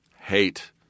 Hate